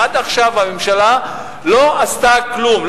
עד עכשיו הממשלה לא עשתה כלום,